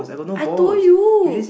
I told you